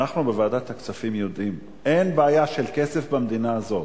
אנחנו בוועדת הכספים יודעים: אין בעיה של כסף במדינה הזאת,